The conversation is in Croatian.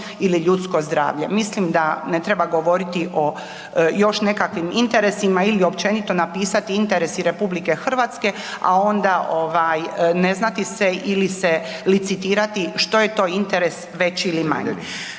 ili ljudsko zdravlje. Mislim da ne treba govoriti o još nekakvim interesima ili općenito napisati interesi RH, a onda ne znati se ili se licitirati što je to interes veći ili manji.